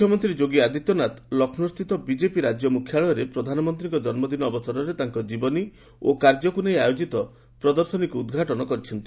ମୁଖ୍ୟମନ୍ତ୍ରୀ ଯୋଗୀ ଆଦିତ୍ୟନାଥ ଲକ୍ଷ୍ନୌ ସ୍ଥିତ ବିଜେପି ରାଜ୍ୟ ମୁଖ୍ୟାଳୟରେ ପ୍ରଧାନମନ୍ତ୍ରୀଙ୍କ ଜନ୍ମଦିନ ଅବସରରେ ତାଙ୍କ ଜୀବନୀ ଓ କାର୍ଯ୍ୟକୁ ନେଇ ଆୟୋକିତ ପ୍ରଦର୍ଶନୀ ଉଦ୍ଘାଟନ କରିଛନ୍ତି